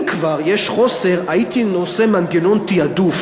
אם כבר יש חוסר, הייתי עושה מנגנון תעדוף.